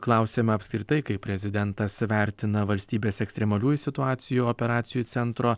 klausėme apskritai kaip prezidentas vertina valstybės ekstremaliųjų situacijų operacijų centro